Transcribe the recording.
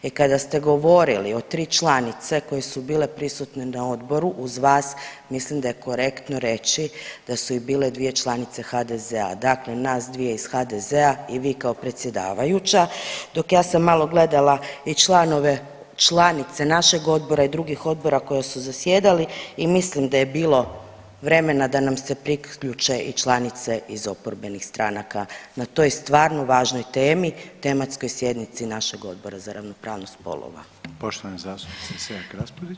I kada ste govorili o tri članice koje su bile prisutne na odboru uz vas mislim da je korektno reći da su i bile dvije članice HDZ-a, dakle nas dvije iz HDZ-a i vi kao predsjedavajuća, dok ja sam malo gledala i članove i članice našeg odbora i drugih odbora koji su zasjedali i mislim da je bilo vremena da nam se priključe i članice iz oporbenih stranaka na toj stvarno važnoj temi, tematskoj sjednici našeg Odbora za ravnopravnost spolova.